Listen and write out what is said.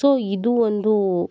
so ಇದು ಒಂದು